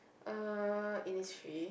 uh Innisfree